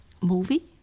movie